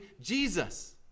Jesus